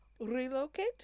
relocate